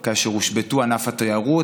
כי הם עובדים בהרבה עבודות